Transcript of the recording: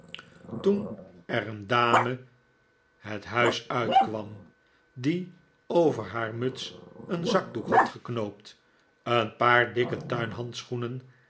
toen david copperfield er een dame het huis uitkwam die over haar muts een zakdoek had geknoopt een paar dikke tuin handschoenen